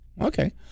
okay